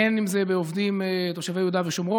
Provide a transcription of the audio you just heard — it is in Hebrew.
הן אם זה בעובדים תושבי יהודה ושומרון,